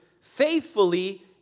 faithfully